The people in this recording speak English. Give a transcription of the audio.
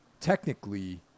technically